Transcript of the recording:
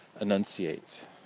enunciate